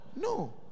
No